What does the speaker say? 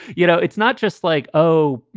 you know, it's not just like, oh,